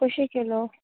कशीं किलो